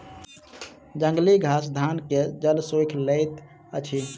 जंगली घास धान के जल सोइख लैत अछि